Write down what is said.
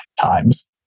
times